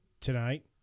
Tonight